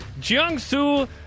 Jiangsu